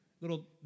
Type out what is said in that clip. little